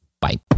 Bye